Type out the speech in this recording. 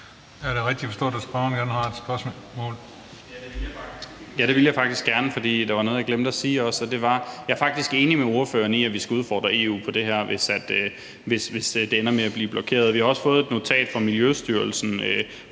jeg altså er enig med ordføreren i, at vi skal udfordre EU på det her, hvis det ender med at blive blokeret. Vi har også fået et notat fra Miljøstyrelsen